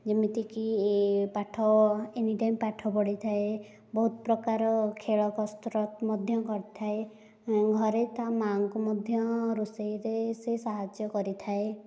ଯେମିତିକି ଏ ପାଠ ଏନିଟାଇମ୍ ପାଠ ପଢ଼ିଥାଏ ବହୁତ ପ୍ରକାର ଖେଳ କସରତ ମଧ୍ୟ କରିଥାଏ ଘରେ ତା ମାଆଙ୍କୁ ମଧ୍ୟ ରୋଷେଇରେ ସେ ସାହାଯ୍ୟ କରିଥାଏ